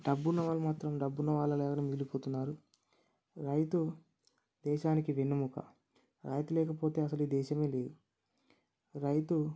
డబ్బున్న వాళ్ళు మాత్రం డబ్బున్న వాళ్ళలాగానే మిగిలిపోతున్నారు రైతు దేశానికి వెన్నుముక రైతు లేకపోతే అసలు ఈ దేశమే లేదు రైతు